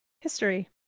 history